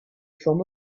forme